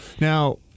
Now